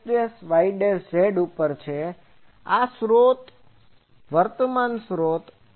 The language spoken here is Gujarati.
આ મારો સ્રોત છે વર્તમાન સ્રોત